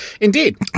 Indeed